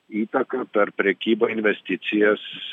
įtaka per prekybą investicijas